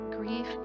grief